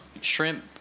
Shrimp